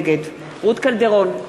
נגד רות קלדרון,